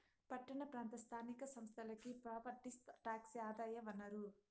పట్టణ ప్రాంత స్థానిక సంస్థలకి ప్రాపర్టీ టాక్సే ఆదాయ వనరు